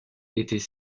était